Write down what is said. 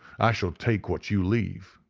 i shall take what you leave.